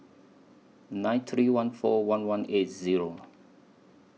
nine three one four one one eight Zero